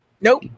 Nope